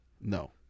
No